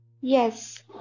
Yes